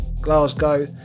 Glasgow